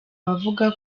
buvuga